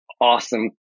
awesome